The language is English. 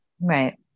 Right